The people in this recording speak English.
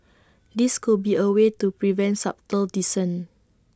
this could be A way to prevent subtle dissent